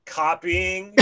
copying